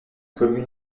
commune